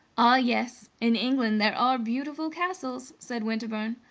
ah yes! in england there are beautiful castles, said winterbourne.